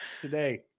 today